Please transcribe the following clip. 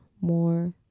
more